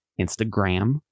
instagram